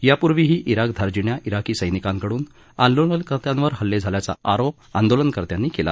यापूर्वीही ज्ञाणधार्जिण्या ज्ञाकी सैनिकांकडून आंदोलनकर्त्यांवर हल्ले झाल्याचा आरोप आंदोलनकर्त्यानीं केला